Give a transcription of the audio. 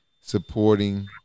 supporting